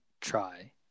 try